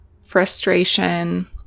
Frustration